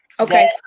Okay